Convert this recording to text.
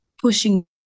pushing